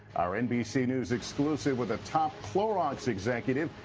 our nbc news exclusive with the top clorox executive.